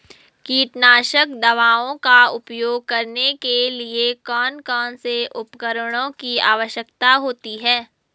कीटनाशक दवाओं का उपयोग करने के लिए कौन कौन से उपकरणों की आवश्यकता होती है?